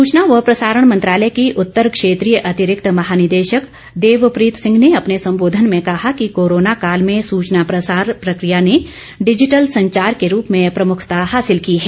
सूचना व प्रसारण मंत्रालय की उत्तर क्षेत्रीय अतिरिक्त महानिदेशक देवप्रीत सिंह ने अपने सम्बोधन में कहा कि कोरोना काल में सुचना प्रसार प्रक्रिया ने डिजिटल संचार के रूप में प्रमुखता हासिल की है